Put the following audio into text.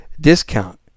discount